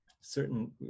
certain